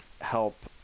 help